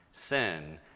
Sin